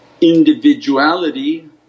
individuality